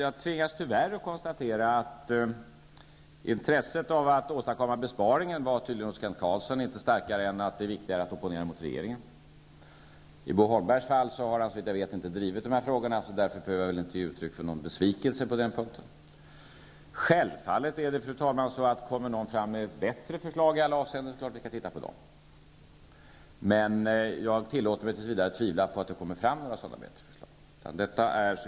Jag tvingas alltså tyvärr konstatera att Kent Carlssons intresse av att åstadkomma besparingen tydligen inte var så starkt, utan att det är viktigare att opponera mot regeringen. Bo Holmberg har inte drivit dessa frågor, så jag behöver inte ge uttryck för någon besvikelse på den punkten. Om det kommer bättre förslag, fru talman, skall jag självfallet titta på dem, men jag tillåter mig tills vidare tvivla på att det kommer några sådana förslag.